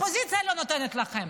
האופוזיציה לא נותנת לכם.